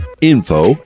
info